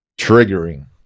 triggering